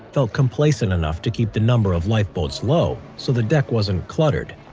felt complacent enough to keep the number of lifeboats low so the deck wasn't cluttered.